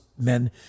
men